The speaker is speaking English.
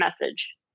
message